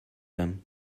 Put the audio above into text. them